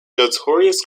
notorious